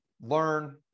learn